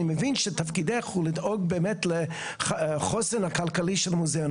אני מבין שתפקידך הוא לדאוג באמת לחוסן הכלכלי של המוזיאון,